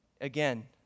again